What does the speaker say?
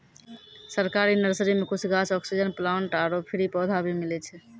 सरकारी नर्सरी मॅ कुछ गाछ, ऑक्सीजन प्लांट आरो फ्री पौधा भी मिलै छै